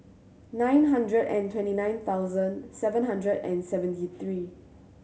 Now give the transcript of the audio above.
nine hundred and twenty nine thousand seven hundred and seventy three